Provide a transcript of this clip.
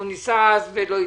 הוא ניסה ולא הצליח.